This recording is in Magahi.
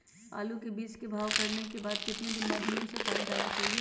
आलू के बीज के भाव करने के बाद कितने दिन बाद हमें उसने पानी डाला चाहिए?